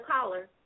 caller